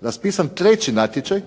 Raspisan treći natječaj,